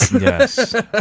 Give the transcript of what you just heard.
yes